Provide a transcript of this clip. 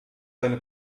seine